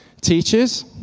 Teachers